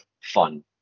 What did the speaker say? fun